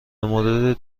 مورد